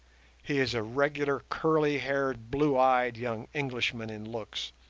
he is a regular curly-haired, blue-eyed young englishman in looks,